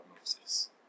Moses